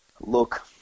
look